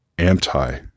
anti